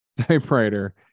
typewriter